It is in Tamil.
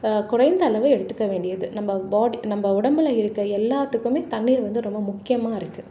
குறைந்த அளவு எடுத்துக்க வேண்டியது நம்ம பாடி நம்ம உடம்புல இருக்க எல்லாத்துக்குமே தண்ணீர் வந்து ரொம்ப முக்கியமாக இருக்குது